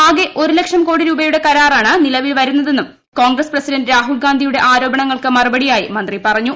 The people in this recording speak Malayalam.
ആകെ ഒരു ലക്ഷം കോടി രൂപയുടെ കരാറാണ് നിലവിൽ വരുന്നതെന്നും കോൺഗ്രസ് പ്രസിഡന്റ രാഹുൽ ഗാന്ധിയുടെ ആരോപണങ്ങൾക്ക് മറുപടിയായി മന്ത്രി പറഞ്ഞു